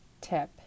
tip